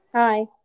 Hi